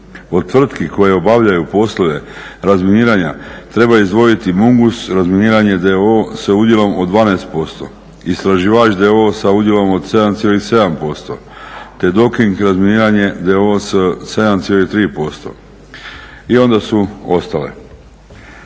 Od tvrtki koje obavljaju poslove razminiranja treba izdvojiti Mungos razminiranje d.o.o. sa udjelom od 12%, Istraživač d.o.o. sa udjelom od 7,7% te Doking razminiranje d.o.o. sa 7,3%. I onda su ostale.